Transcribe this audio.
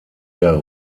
der